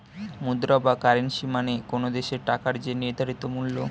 মুদ্রা বা কারেন্সী মানে কোনো দেশের টাকার যে নির্ধারিত মূল্য